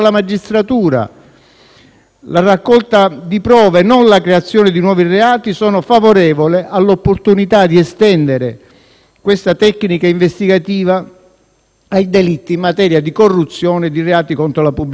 la raccolta di prove e non per la creazione di nuovi reati - sono favorevole all'opportunità di estendere questa tecnica investigativa ai delitti in materia di corruzione e ai reati contro la pubblica amministrazione.